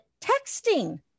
texting